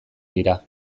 dira